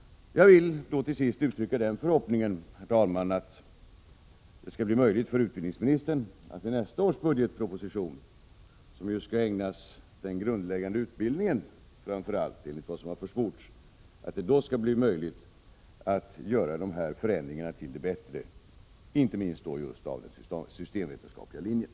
Jag vill till sist uttrycka den förhoppningen att det skall bli möjligt för utbildningsministern att i nästa budgetproposition, som enligt vad som har försports framför allt skall ägnas den grundläggande utbildningen, göra dessa förändringar till det bättre, inte minst när det gäller just den systemvetenskapliga linjen.